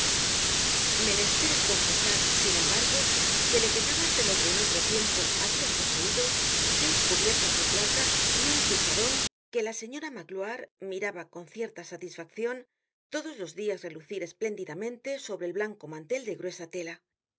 menester es confesar sin embargo que le quedaban de lo que en otro tiempo habia poseido seis cubiertos de plata y un cucharon que la señora magloire miraba con cierta satisfaccion todos los dias relucir espléndidamente sobre el blanco mantel de gruesa tela